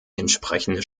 entsprechende